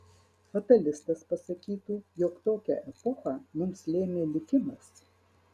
fatalistas pasakytų jog tokią epochą mums lėmė likimas